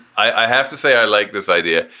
i have to say, i like this idea.